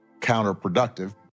counterproductive